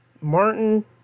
Martin